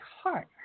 heart